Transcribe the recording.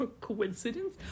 coincidence